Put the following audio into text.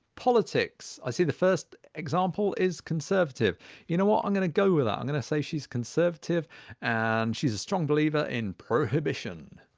politics i see the first example is conservative you know what i'm going to go with that ah i'm going to say she's conservative and she's a strong believer in prohibition